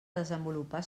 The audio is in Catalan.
desenvolupar